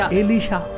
elisha